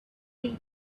week